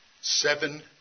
Seven